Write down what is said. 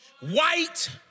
white